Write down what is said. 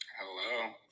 Hello